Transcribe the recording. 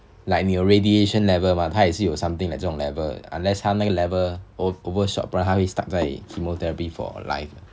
来你的 radiation level mah 她也是有 or something like 这种 level unless 他那个 level overshot 不然他会 stuck 在 chemotherapy for life